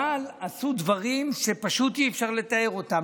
אבל עשו דברים שפשוט אי-אפשר לתאר אותם.